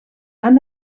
han